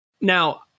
Now